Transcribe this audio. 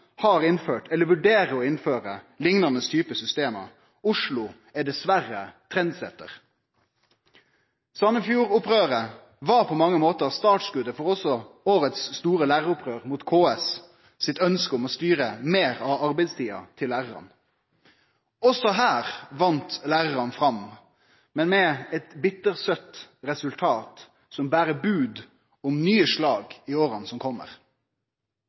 har innført, eller vurderer å innføre, liknande typar system. Oslo er dessverre eit førebilete. Sandefjord-opprøret var på mange måtar startskotet for årets store læraropprør mot KS sitt ønske om å styre meir av arbeidstida til lærarane. Også her vann lærarane fram, men med eit bittersøtt resultat som ber bod om nye slag i åra som